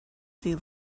sea